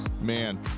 Man